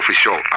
show